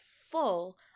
full